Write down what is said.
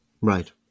Right